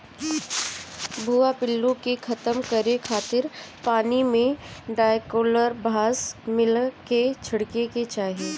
भुआ पिल्लू के खतम करे खातिर पानी में डायकलोरभास मिला के छिड़के के चाही